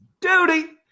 Duty